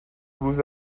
روز